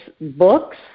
books